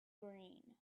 green